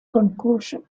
conclusion